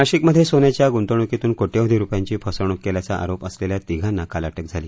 नाशिकमध्ये सोन्याच्या गुंतवणुकीतून कोट्यवधी रुपयांची फसवणूक केल्याचा आरोप असलेल्या तिघांना काल अटक झाली